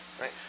right